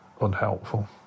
unhelpful